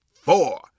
four